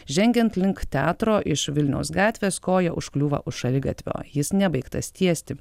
žengiant link teatro iš vilniaus gatvės koja užkliūva už šaligatvio jis nebaigtas tiesti